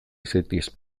zaitez